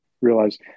realize